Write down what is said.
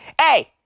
Hey